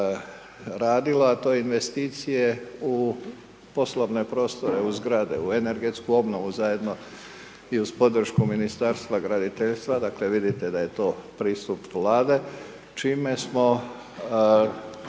radilo a to investicije u poslovne prostore u zgrade, u energetsku obnovu zajedno i uz podršku ministarstva graditeljstva, dakle, vidite da je to pristup vlade, čim smo